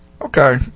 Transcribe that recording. okay